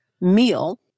meal